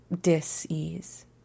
dis-ease